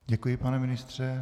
Děkuji, pane ministře.